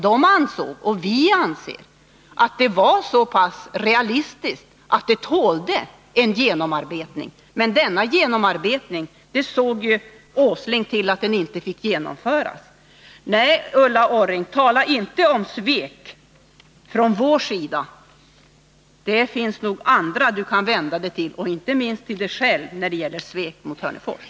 De ansåg, och vi anser, att det var så pass realistiskt att det tålde en genomarbetning. Men Nils Åsling såg till att denna genomarbetning inte fick komma till stånd. Nej, Ulla Orring, tala inte om svek från vår sida! Det finns nog andra som du kan vända dig till, inte minst till dig själv, när det gäller att peka på svek mot Hörnefors.